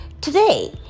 Today